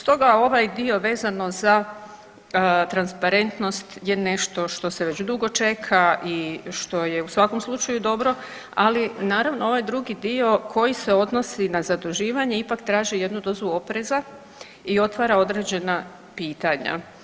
Stoga, ovaj dio vezano za transparentnost je nešto što se već dugo čeka i što je u svakom slučaju dobro, ali naravno, ovaj drugi dio koji se odnosi na zaduživanje, ipak traži jednu dozu opreza i otvara određena pitanja.